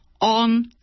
on